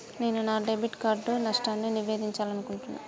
నేను నా debit card నష్టాన్ని నివేదించాలనుకుంటున్నా